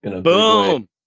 Boom